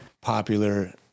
popular